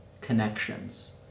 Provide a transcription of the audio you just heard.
connections